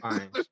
Fine